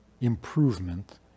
improvement